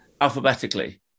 alphabetically